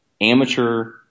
amateur